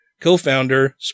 co-founder